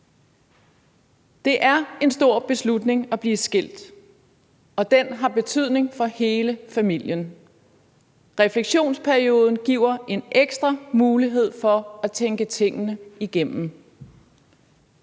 Det er en stor beslutning at blive skilt, og den har betydning for hele familien. Refleksionsperioden giver en ekstra mulighed for at tænke tingene igennem.